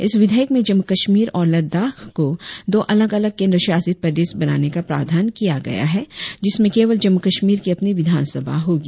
इस विधेयक में जम्मू कश्मीर और लद्दाख को दो अलग अलग केंद्र शासित प्रदेश बनाने का प्रावधान किया गया है जिसमें केवल जम्मू कश्मीर की अपनी विधानसभा होगी